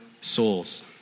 souls